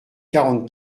quarante